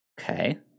okay